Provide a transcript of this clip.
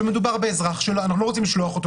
מדובר באזרח שאנחנו לא רוצים לשלוח אותו